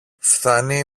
φθάνει